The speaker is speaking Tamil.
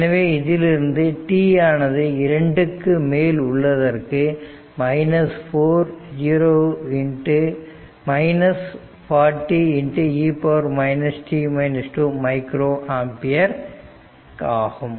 எனவே இதிலிருந்து t ஆனது 2 க்கு மேல் உள்ளதற்கு 4 0e மைக்ரோ ஆம்பியர் ஆகும்